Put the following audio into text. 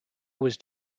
was